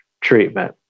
treatment